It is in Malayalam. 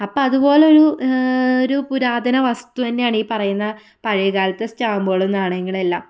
അപ്പം അതുപോലെ ഒരു ഒരു പുരാതന വസ്തു തന്നെയാണ് ഈ പറയുന്ന പഴയകാലത്തെ സ്റ്റാമ്പുകളും നാണയങ്ങളും എല്ലാം